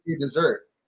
dessert